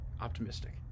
optimistic